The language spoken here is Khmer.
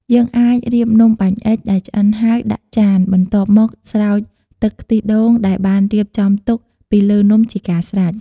យើងអាចរៀបនំបាញ់អុិចដែលឆ្អិនហើយ ដាក់ចាន បន្ទាប់មកស្រោចទឹកខ្ទិះដូងដែលបានរៀបចំទុកពីលើនំជាការស្រេច។